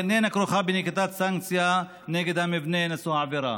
אך איננה כרוכה בנקיטת סנקציה נגד המבנה נשוא העבירה.